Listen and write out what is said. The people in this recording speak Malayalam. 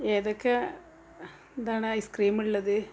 ഏതൊക്കെ ഇതാണ് ഐസ്ക്രീമുള്ളത്